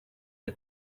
are